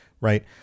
Right